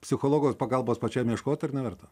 psichologo pagalbos pačiam ieškot ar neverta